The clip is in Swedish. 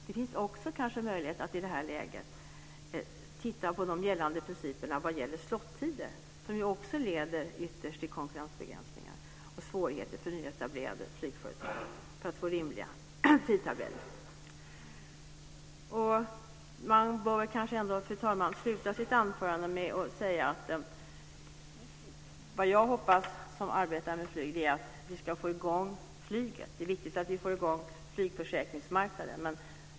Det finns kanske också möjlighet att i det här läget titta på de gällande principerna för slottider, som ytterst också leder till konkurrensbegränsningar och svårigheter för nyetablerade flygföretag att få rimliga tidtabeller. Jag bör kanske, fru talman, sluta mitt anförande med att säga att vad jag som arbetar med flyg hoppas är att vi ska få i gång flyget. Det är viktigt att vi får i gång flygförsäkringsmarknaden.